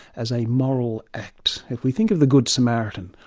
as a moral act. if we think of the good samaritan,